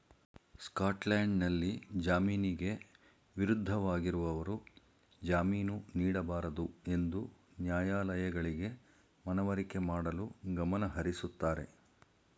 ಸ್ಕಾಟ್ಲ್ಯಾಂಡ್ನಲ್ಲಿ ಜಾಮೀನಿಗೆ ವಿರುದ್ಧವಾಗಿರುವವರು ಜಾಮೀನು ನೀಡಬಾರದುಎಂದು ನ್ಯಾಯಾಲಯಗಳಿಗೆ ಮನವರಿಕೆ ಮಾಡಲು ಗಮನಹರಿಸುತ್ತಾರೆ